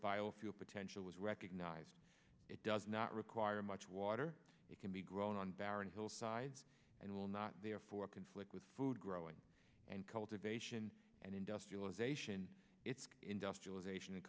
biofuel potential was recognized it does not require much water it can be grown on barren hillsides and will not therefore conflict with food growing and cultivation and industrialization its industrialization and